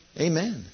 Amen